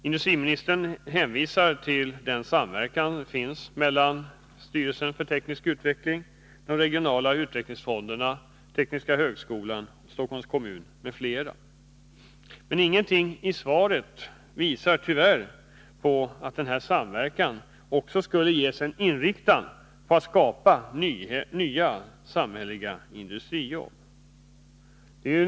Industriministern hänvisar till den samverkan som finns mellan styrelsen för teknisk utveckling, den regionala utvecklingsfonden i Stockholms län, tekniska högskolan, Stockholms kommun m.fl. Men ingenting i svaret visar tyvärr att denna samverkan också skulle inriktas på att skapa nya samhälleliga industrijobb.